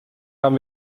haben